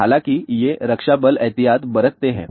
हालांकि ये रक्षा बल एहतियात बरतते हैं